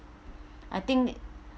I think